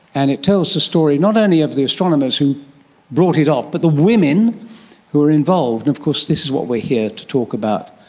and it tells the story not only of the astronomers who brought it off but the women who were involved. and of course this is what we're here to talk about.